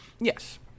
yes